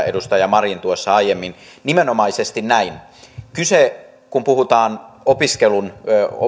edustaja marin aiemmin nimenomaisesti näin kyse kun puhutaan opiskelun